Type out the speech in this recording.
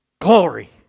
glory